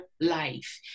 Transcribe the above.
life